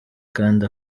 kandi